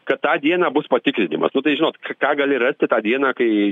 kad tą dieną bus patikrinimas nu tai žinot ką gali rasti tą dieną kai